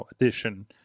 edition